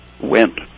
went